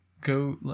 go